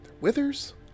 Withers